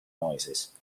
noises